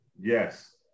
Yes